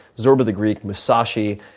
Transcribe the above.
zorba the greek, musashi,